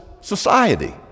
society